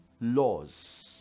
laws